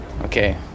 Okay